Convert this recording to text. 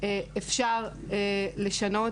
אפשר לשנות,